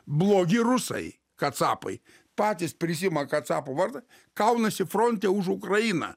blogi rusai kacapai patys prisiima kacapų vardą kaunasi fronte už ukrainą